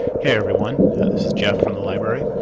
hey everyone this is jeff from the library.